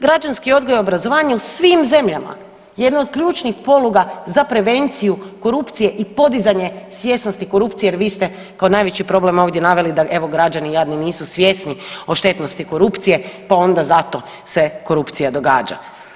Građanski odgoj i obrazovanje je u svim zemljama jedno od ključnih poluga za prevenciju korupcije i podizanje svjesnosti korupcije jer vi ste kao najveći problem ovdje naveli da evo građani jadni nisu svjesni o štetnosti korupcije, pa onda zato se korupcija događa.